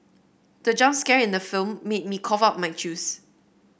the jump scare in the film made me cough out my juice